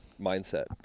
mindset